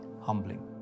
humbling